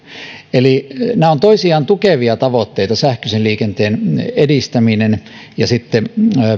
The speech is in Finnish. eli nämä ovat toisiaan tukevia tavoitteita sähköisen liikenteen edistäminen ja